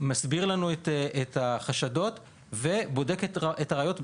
הסביר לנו את החשדות ובדק את הראיות.